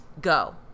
go